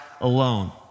alone